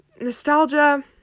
nostalgia